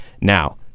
Now